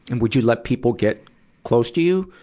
and would you let people get close to you?